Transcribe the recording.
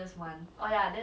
mm